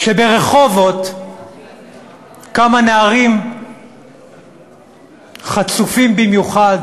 שברחובות כמה נערים חצופים במיוחד